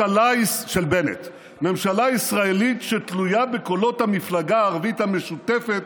בנט: "ממשלה ישראלית שתלויה בקולות המפלגה הערבית המשותפת